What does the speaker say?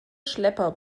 schlepper